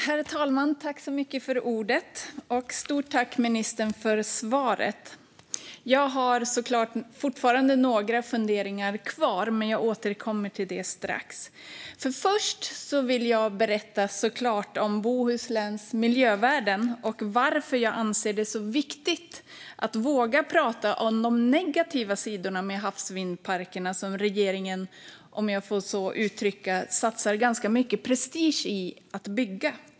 Herr talman! Stort tack, ministern, för svaret! Jag har såklart fortfarande några funderingar, men jag återkommer till dem strax. Först vill jag nämligen såklart berätta om Bohusläns miljövärden och varför jag anser det så viktigt att våga prata om de negativa sidorna med havsvindparkerna, som regeringen, om jag får uttrycka det så, satsar ganska mycket prestige i att bygga.